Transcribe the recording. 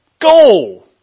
Go